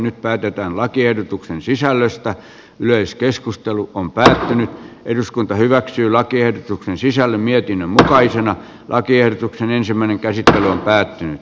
nyt päätetään lakiehdotuksen sisällöstä yleiskeskustelu kun pääsin eduskunta hyväksyy lakiehdotuksen sisällä mietin mutaisen lakiehdotuksen ensimmäinen käsittely on päättynyt